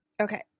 Okay